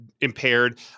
impaired